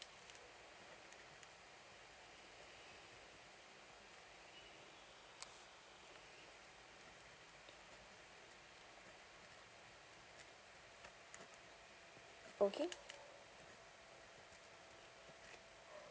okay